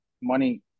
money